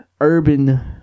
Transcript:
Urban